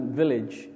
village